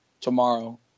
tomorrow